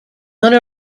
owner